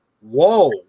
whoa